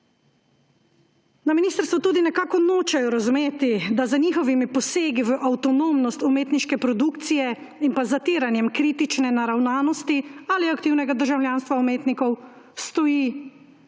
Na ministrstvu tudi nekako nočejo razumeti, da z njihovimi posegi v avtonomnost umetniške produkcije in zatiranjem kritične naravnanosti ali aktivnega državljanstva umetnikov stoji